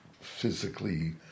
physically